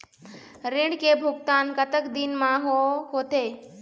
ऋण के भुगतान कतक दिन म होथे?